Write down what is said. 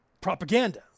propaganda